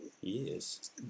Yes